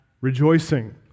rejoicing